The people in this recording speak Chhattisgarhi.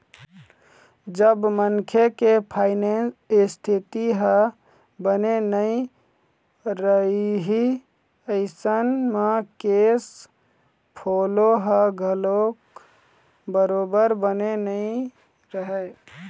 जब मनखे के फायनेंस इस्थिति ह बने नइ रइही अइसन म केस फोलो ह घलोक बरोबर बने नइ रहय